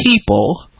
people